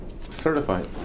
Certified